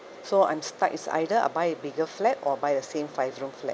so I'm stuck it's either I buy a bigger flat or I buy the same five room flat